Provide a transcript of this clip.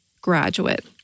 graduate